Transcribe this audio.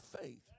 faith